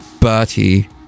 Bertie